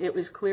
it was clear